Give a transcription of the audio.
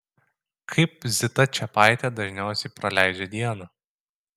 kaip zita čepaitė dažniausiai praleidžia dieną